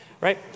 Right